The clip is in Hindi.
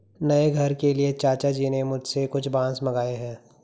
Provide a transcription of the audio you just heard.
नए घर के लिए चाचा जी ने मुझसे कुछ बांस मंगाए हैं